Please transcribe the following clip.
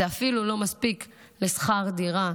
זה אפילו לא מספיק לשכר דירה,